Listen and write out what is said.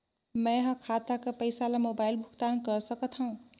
मैं ह खाता कर पईसा ला मोबाइल भुगतान कर सकथव?